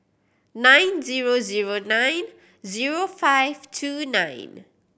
nine zero zero nine zero five two nine